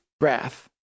wrath